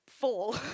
fall